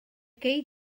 gei